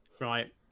right